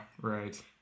right